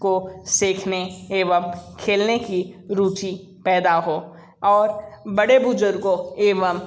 को सिखने एवं खेलने की रुचि पैदा हो और बड़े बुज़ुर्गों को एवं